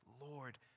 Lord